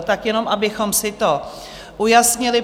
Tak jenom abychom si to ujasnili.